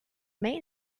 main